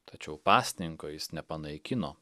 tačiau pasninko jis nepanaikino